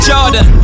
Jordan